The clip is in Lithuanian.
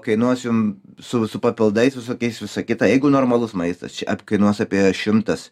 kainuos jum su su papildais visokiais visą kitą jeigu normalus maistas čia kainuos apie šimtas